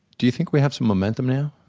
do you think we have some momentum now?